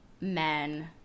men